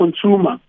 consumer